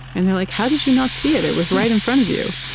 and they're like, how did you not see it? it was right in front of you.